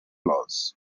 laws